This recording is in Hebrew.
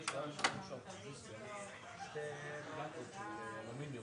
אישור של תכנון ובנייה --- איזה 50 מיליון?